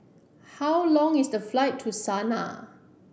how long is the flight to Sanaa